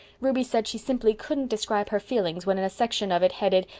ruby said she simply couldn't describe her feelings when in a section of it headed,